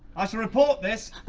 i shall report this!